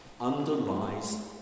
underlies